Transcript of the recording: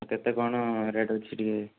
କେତେ କ'ଣ ରେଟ୍ ଅଛି ଟିକେ